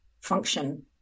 function